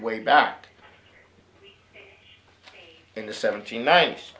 way back in the seventeen ni